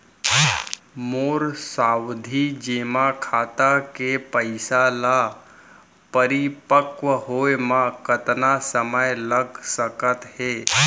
मोर सावधि जेमा खाता के पइसा ल परिपक्व होये म कतना समय लग सकत हे?